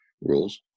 rules